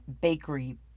bakery